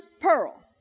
pearl